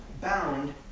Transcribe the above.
bound